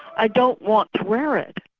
i don't want to wear it.